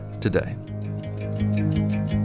today